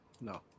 No